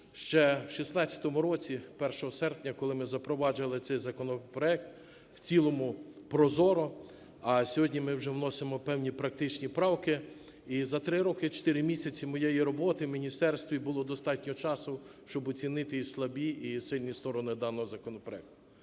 Ще в 16-му році 1 серпня, коли ми запроваджували цей законопроект, в цілому ProZorro. Сьогодні ми вже вносимо певні практичні правки і за 3 роки і 4 місяці моєї роботи в міністерстві було достатньо часу, щоб оцінити і слабі, і сильні сторони даного законопроекту.